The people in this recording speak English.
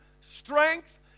strength